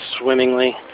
swimmingly